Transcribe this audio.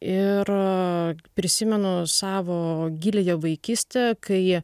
ir prisimenu savo giliąją vaikystę kai